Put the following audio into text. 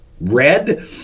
red